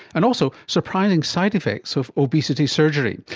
and also, surprising side-effects of obesity surgery.